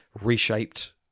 reshaped